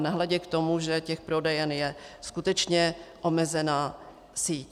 Nehledě k tomu, že těch prodejen je skutečně omezená síť.